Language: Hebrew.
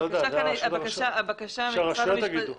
הרשויות יאמרו.